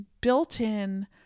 built-in